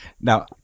Now